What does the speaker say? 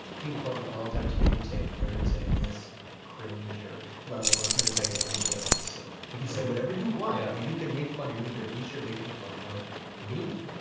people call me all types of names, say i'm a nerd, say i'm this cringer, level up. but it's like at the end of the day i'm myself. you can say whatever you want yeah and you can make fun of and me, but at least you're making fun of me.